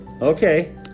Okay